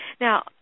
Now